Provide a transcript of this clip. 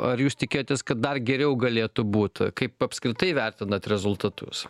ar jūs tikėjotės kad dar geriau galėtų būt kaip apskritai vertinat rezultatus